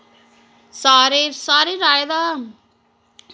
सारें सारें र्हाए दा